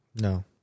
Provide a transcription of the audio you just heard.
No